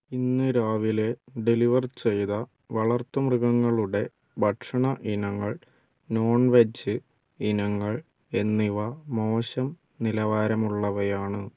ഇന്ന് രാവിലെ ഡെലിവർ ചെയ്ത വളർത്തുമൃഗങ്ങളുടെ ഭക്ഷണ ഇനങ്ങൾ നോൺ വെജ്ജ് ഇനങ്ങൾ എന്നിവ മോശം നിലവാരമുള്ളവയാണ്